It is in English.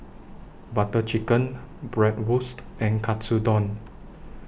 Butter Chicken Bratwurst and Katsudon